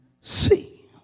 see